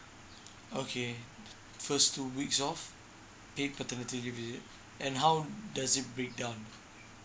okay first two weeks off paid paternity leave is it and how does it break down